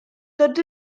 tots